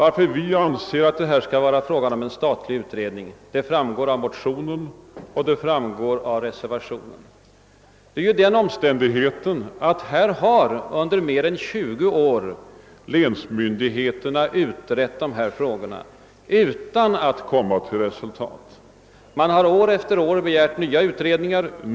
Av motionen och reservationen framgår varför vi anser att det behövs en statlig utredning. Under mer än 20 år har länsmyndigheterna utrett dessa frågor utan att komma till något resultat. De har år efter år begärt nya utredningar.